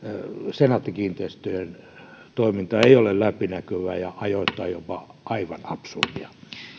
senaatti kiinteistöjen toiminta ei ole läpinäkyvää ja on ajoittain jopa aivan absurdia